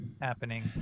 happening